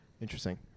Interesting